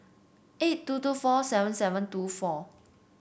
eight two two four seven seven two four